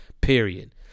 Period